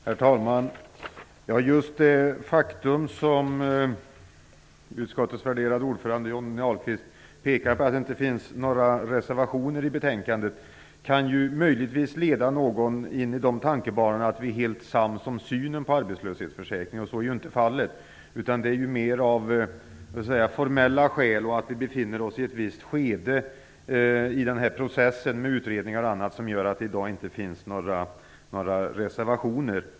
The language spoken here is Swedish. Herr talman! Det faktum som utskottets värderade ordförande Johnny Ahlqvist pekar på, att det inte finns några reservationer vid betänkandet, kan möjligtvis leda någon in på den tankebanan att vi är helt sams om synen på arbetslöshetsförsäkringen, och så är inte fallet. Det är mera formella skäl - att vi befinner oss i ett visst skede i processen med utredningar och annat - till att det i dag inte finns några reservationer.